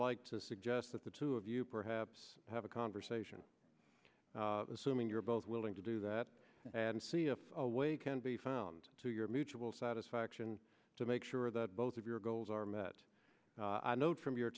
like to suggest that the two of you perhaps have a conversation assuming you're both willing to do that and see if a way can be found to your mutual satisfaction to make sure that both of your goals are met i know from your